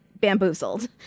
bamboozled